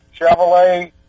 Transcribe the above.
Chevrolet